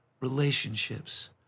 relationships